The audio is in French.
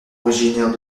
originaires